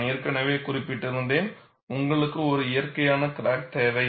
நான் ஏற்கனவே குறிப்பிட்டிருந்தேன் உங்களுக்கு ஒரு இயற்கையான கிராக் தேவை